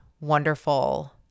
wonderful